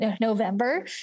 november